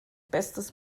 bestes